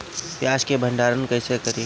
प्याज के भंडारन कईसे करी?